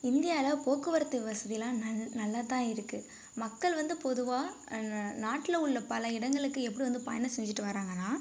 இந்தியாவில போக்குவரத்து வசதியெலாம் நல் நல்லாத்தான் இருக்குது மக்கள் வந்து பொதுவாக நாட்டில உள்ள பல இடங்களுக்கு எப்படி வந்து பயணம் செஞ்சிகிட்டு வராங்கன்னா